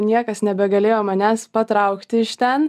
niekas nebegalėjo manęs patraukti iš ten